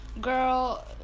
girl